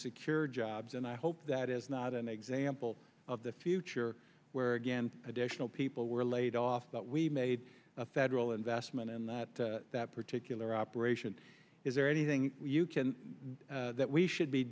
secure jobs and i hope that is not an example of the future where again additional people were laid off that we made a federal investment in that that particular operation is there anything you can that we should be